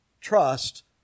Trust